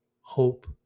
hope